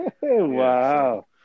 Wow